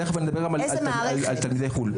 תיכף נדבר גם על תלמידי חו"ל.